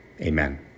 Amen